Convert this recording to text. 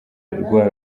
rwa